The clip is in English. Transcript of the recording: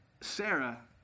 Sarah